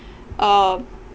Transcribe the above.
uh